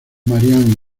marianne